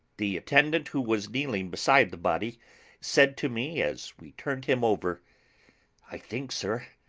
the attendant who was kneeling beside the body said to me as we turned him over i think, sir,